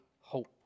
hope